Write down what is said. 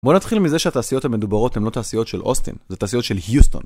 בואו נתחיל מזה שהתעשיות המדוברות הן לא תעשיות של אוסטין, זה תעשיות של יוסטון.